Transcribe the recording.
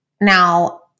Now